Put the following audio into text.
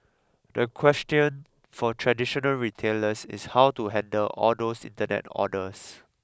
the question for traditional retailers is how to handle all those internet orders